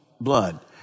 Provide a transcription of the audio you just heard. blood